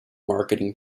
marketing